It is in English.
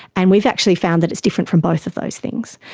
and we've actually found that it's different from both of those things.